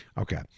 Okay